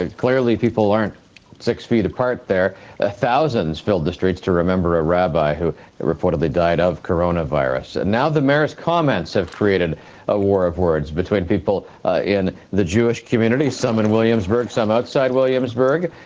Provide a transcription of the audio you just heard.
ah clearly, people aren't six feet apart. there are ah thousands filled the streets to remember a rabbi who reportedly died of corona virus. and now the mayor's comments have created a war of words between people ah in the jewish community, some in williamsburg, some outside williamsburg.